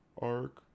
arc